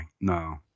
No